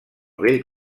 vell